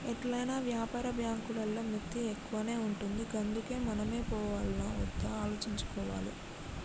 ఎట్లైనా వ్యాపార బాంకులల్ల మిత్తి ఎక్కువనే ఉంటది గందుకే మనమే పోవాల్నా ఒద్దా ఆలోచించుకోవాలె